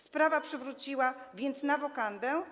Sprawa wróciła więc na wokandę.